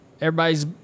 Everybody's